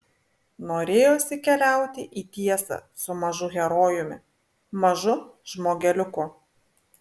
norėjosi keliauti į tiesą su mažu herojumi mažu žmogeliuku